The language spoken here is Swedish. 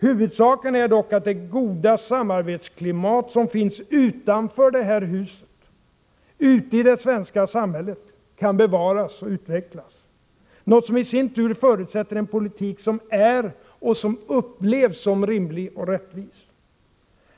Huvudsaken är dock att det goda samarbetsklimat som finns utanför det här huset, ute i det svenska samhället, kan bevaras och utvecklas — något som i sin tur förutsätter en politik som är — och upplevs som — rimlig och rättvis.